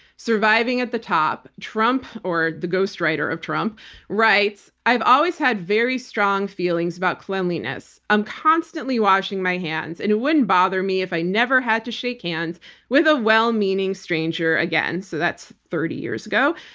surviving at the top, trump, or the ghost writer of trump writes i've always had very strong feelings about cleanliness. i'm constantly washing my hands and it wouldn't bother me if i never had to shake hands with a well-meaning stranger again. so that's thirty years ago.